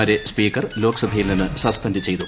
മാരെ സ്പീക്കർ ലോക്സഭയിൽ നിന്ന് സസ്പെൻഡ് ചെയ്തു